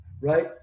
Right